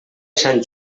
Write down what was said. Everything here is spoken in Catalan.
sant